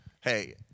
hey